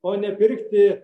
o nepirkti